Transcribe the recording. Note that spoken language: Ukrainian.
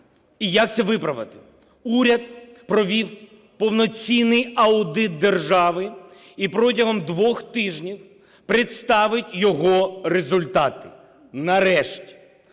і як це виправити. Уряд провів повноцінний аудит держави і протягом двох тижнів представить його результати нарешті.